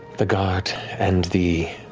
the guard and the